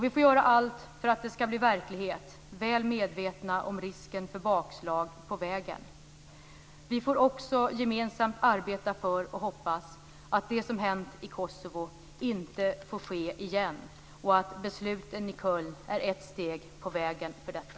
Vi får göra allt för att det skall bli verklighet, väl medvetna om risken för bakslag på vägen. Vi får också gemensamt arbeta för och hoppas att det som hänt i Kosovo inte skall ske igen och att besluten i Köln är ett steg på vägen mot detta.